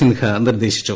സിൻഹ നിർദ്ദേശിച്ചു